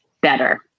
better